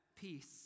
peace